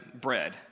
bread